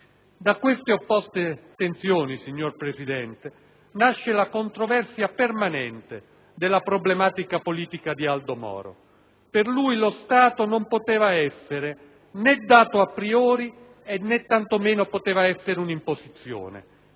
Da queste opposte tensioni, signor Presidente, nasce la controversia permanente della problematica politica di Aldo Moro. Per lui lo Stato non poteva essere né dato a priori e né tantomeno poteva essere una imposizione.